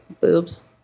boobs